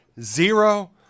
zero